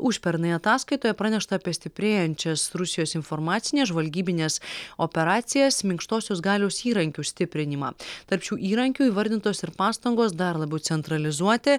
užpernai ataskaitoje pranešta apie stiprėjančias rusijos informacines žvalgybines operacijas minkštosios galios įrankių stiprinimą tarp šių įrankių įvardintos ir pastangos dar labiau centralizuoti